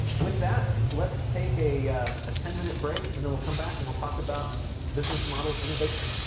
with that, let's take a ah ten minute break, and then we'll come back, and we'll talk about business model innovation.